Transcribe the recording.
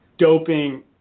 doping